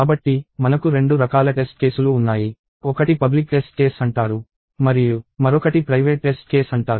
కాబట్టి మనకు రెండు రకాల టెస్ట్ కేసులు ఉన్నాయి ఒకటి పబ్లిక్ టెస్ట్ కేస్ అంటారు మరియు మరొకటి ప్రైవేట్ టెస్ట్ కేస్ అంటారు